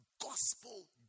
gospel